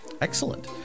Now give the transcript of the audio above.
Excellent